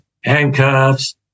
handcuffs